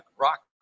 rock